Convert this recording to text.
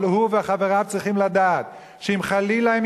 אבל הוא וחבריו צריכים לדעת שאם חלילה הם